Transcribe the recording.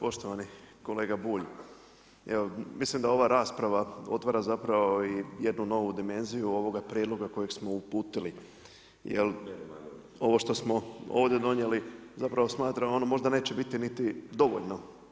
Poštovani kolega Bulj, evo mislim da ova rasprava otvara zapravo i jednu novu dimenziju ovoga prijedloga kojeg smo uputili, jer ovo što smo ovdje donijeli smatram ono možda neće biti niti dovoljno.